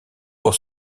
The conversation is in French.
pour